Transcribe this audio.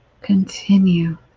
Continue